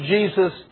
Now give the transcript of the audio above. Jesus